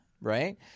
right